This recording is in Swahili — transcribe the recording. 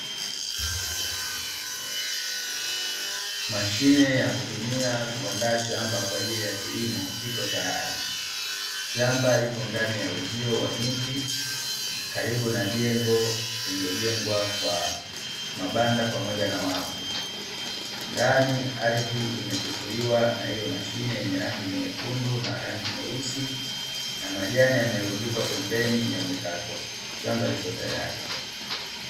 Mashine ya kutumia kuandaa shamba kwa ajili ya kilimo iko tayari shamba liko ndani ya uzio wa miti karibu na jengo lililojengwa kwa mabanda pamoja na wavu ndani ardhi imetifuliwa na hiyo mashine yenye rangi nyekundu na rangi nyeusi na majani yamerundikwa pembeni yamekatwa shamba liko tayari.